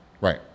right